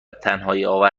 تنهاییآور